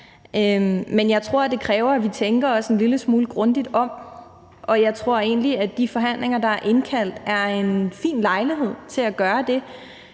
men jeg tror, det kræver, at vi tænker os en lille smule grundigt om. Og jeg tror egentlig, at de forhandlinger, der er indkaldt til, er en fin lejlighed til at gøre det.